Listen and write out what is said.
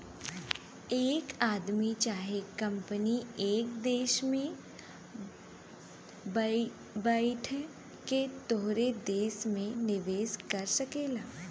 एक आदमी चाहे कंपनी एक देस में बैइठ के तोहरे देस मे निवेस कर सकेला